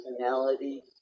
personality